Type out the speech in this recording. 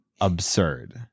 absurd